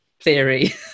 theory